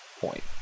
point